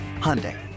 Hyundai